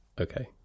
okay